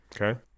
Okay